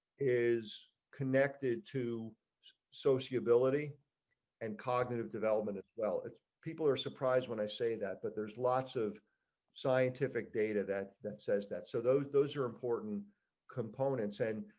is connected to so she ability and cognitive development as well as people are surprised when i say that but there's lots of scientific data that that says that so those those are important components, n